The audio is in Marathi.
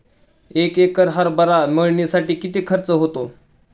एक एकर हरभरा मळणीसाठी किती खर्च होतो?